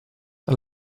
the